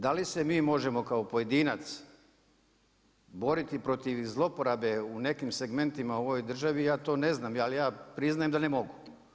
Da li se mi možemo kao pojedinac boriti protiv zloporabe u nekim segmentima u ovoj državi, ja to ne znam ali ja priznajem da ne mogu.